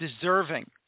deserving